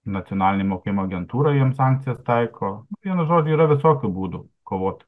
nacionalinė mokėjimo agentūra jiem sankcijas taiko vienu žodžiu yra visokių būdų kovot